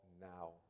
now